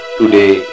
today